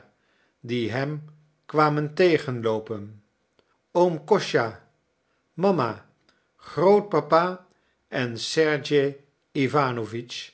die hem kwamen tegenloopen oom kostja mama grootpapa en sergej